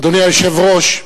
אדוני היושב-ראש,